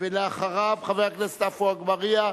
אחריו, חבר הכנסת עפו אגבאריה,